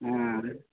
हुँ